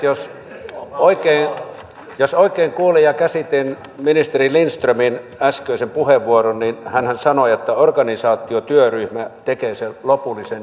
jos oikein kuulin ja käsitin ministeri lindströmin äskeisen puheenvuoron niin hänhän sanoi että organisaatiotyöryhmä tekee sen lopullisen esityksen